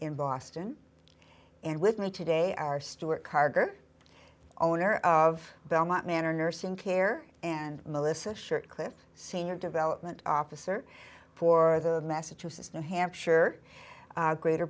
in boston and with me today are stuart kargar owner of belmont manor nursing care and melissa shirt clip senior development officer for the massachusetts new hampshire greater